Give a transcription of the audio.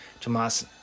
Tomas